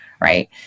Right